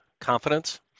confidence